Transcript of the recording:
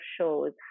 shows